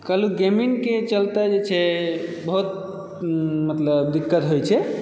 कहलहुँ गेमिङ्गके चलते जे छै बहुत मतलब दिक्कत होइत छै